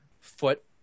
foot